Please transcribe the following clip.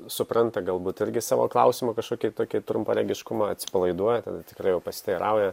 supranta galbūt irgi savo klausimo kažkokį tokį trumparegiškumą atsipalaiduoja tada tikrai pasiteirauja